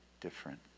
different